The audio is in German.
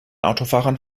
autofahrern